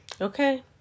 Okay